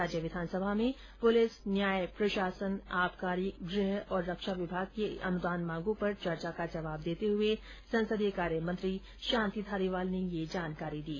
राज्य विधानसभा में पुलिस न्याय प्रशासन आबकारी गृह और रक्षा विभाग की अनुदान मांगों पर चर्चा का जवाब देते हुए संसदीय कार्यमंत्री शांति धारीवाल ने ये जानकारी दी